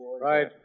Right